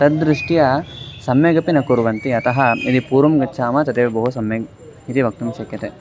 तद्दृष्ट्या सम्यगपि न कुर्वन्ति अतः यदि पूर्वं गच्छामः तदेव बहु सम्यक् इति वक्तुं शक्यते